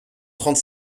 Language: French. trente